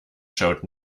showed